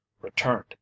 returned